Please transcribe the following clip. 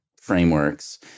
frameworks